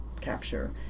capture